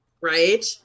Right